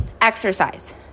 Exercise